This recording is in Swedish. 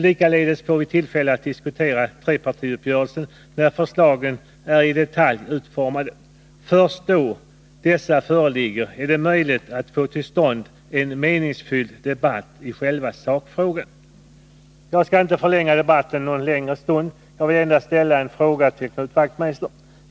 Likaledes får vi tillfälle att diskutera trepartiuppgörelsen när förslagen är i detalj utformade. Först då dessa föreligger är det möjligt att få till stånd en meningsfylld debatt i själva sakfrågan. Jag skall inte förlänga debatten någon längre stund, utan jag vill endast ställa en fråga till Knut Wachtmeister.